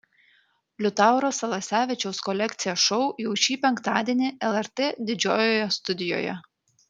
liutauro salasevičiaus kolekcija šou jau šį penktadienį lrt didžiojoje studijoje